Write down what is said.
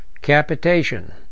capitation